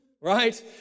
right